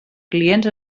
clients